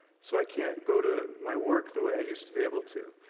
so i can't go to my work the way i used to be able to.